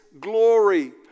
glory